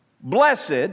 Blessed